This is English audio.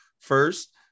first